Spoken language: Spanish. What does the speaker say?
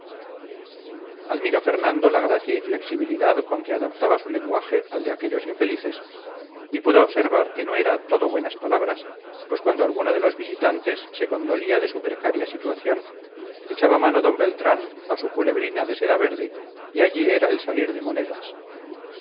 admiró fernando la gracia y flexibilidad con que adaptaba su lenguaje al de aquellos infelices y pudo observar que no era todo buenas palabras pues cuando alguno de los visitantes se condolía de su precaria situación echaba mano d beltrán a su culebrina de seda verde y allí era el salir de monedas